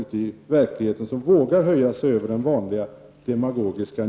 Ni är ensamma.